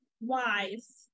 wise